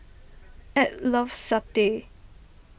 Edw loves Satay